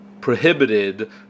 prohibited